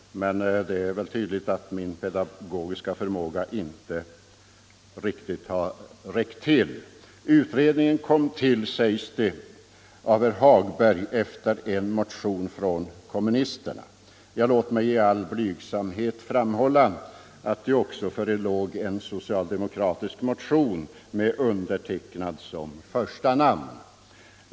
Men det är väl tydligt att min pedagogiska förmåga inte riktigt har räckt till. Utredningen kom till, säger herr Hagberg, efter en motion från kommunisterna. Låt mig i all blygsamhet framhålla att det också förelåg en socialdemokratisk motion med mig som första namn.